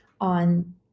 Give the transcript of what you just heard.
on